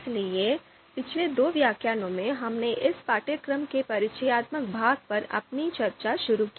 इसलिए पिछले दो व्याख्यानों में हमने इस पाठ्यक्रम के परिचयात्मक भाग पर अपनी चर्चा शुरू की